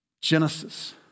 Genesis